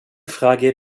frage